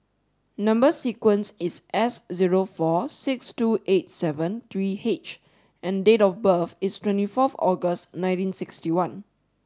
number sequence is S zero four six two eight seven three H and date of birth is twenty four August nineteen sixty one